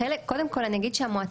קודם כל אני אגיד שהמועצה,